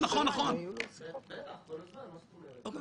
ונותן עבודה, והוא שחקן מאוד מאוד מרכזי עד